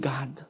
God